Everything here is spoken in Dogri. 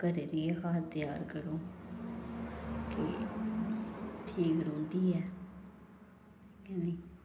घरै दी गै खाद त्यार करो कि ठीक रौंह्दी ऐ ते